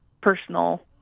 personal